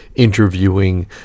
interviewing